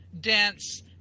dense